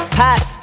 pass